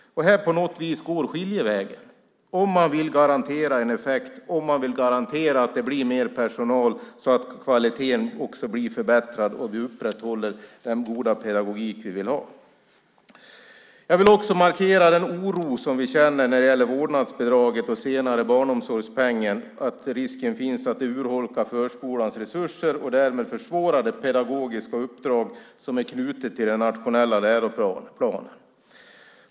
Här går skiljevägen för om man vill garantera en effekt och om man vill garantera att det blir mer personal så att kvaliteten också blir förbättrad och vi upprätthåller den goda pedagogik vi vill ha. Jag vill också markera den oro som vi känner när det gäller vårdnadsbidraget och senare barnomsorgspengen för att det finns en risk att det urholkar förskolans resurser och därmed försvårar det pedagogiska uppdrag som är knutet till den nationella läroplanen.